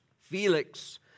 Felix